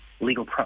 legal